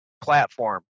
platform